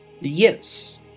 Yes